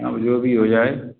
हाँ अब जो भी हो जाए